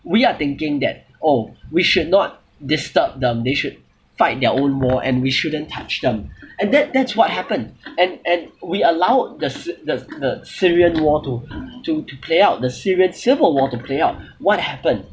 we are thinking that oh we should not disturb them they should fight their own war and we shouldn't touch them and that that's what happen and and we allow the s~ the the syrian war to to to play out the syrian civil war to play out what happened